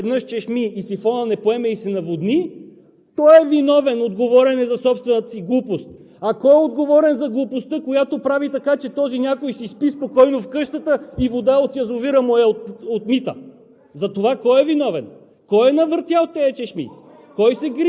Ако някой влезе сам в банята си и си пусне всички чешми наведнъж и сифонът не поеме и се наводни, той е виновен – отговорен е за собствената си глупост. А кой е отговорен за глупостта, която прави така, че този някой си спи спокойно в къщата и вода от язовира му я отмита?